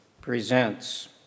presents